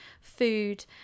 food